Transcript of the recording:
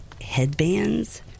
headbands